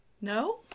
No